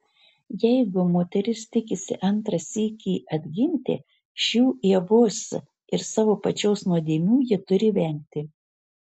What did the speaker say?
jeigu moteris tikisi antrą sykį atgimti šių ievos ir savo pačios nuodėmių ji turi vengti